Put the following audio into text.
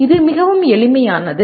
இது மிகவும் எளிமையானது